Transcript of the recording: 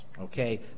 okay